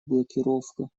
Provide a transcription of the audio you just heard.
блокировка